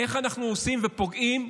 איך אנחנו עושים ופוגעים,